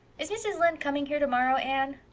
is mrs. lynde coming here tomorrow, anne?